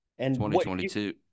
2022